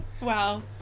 Wow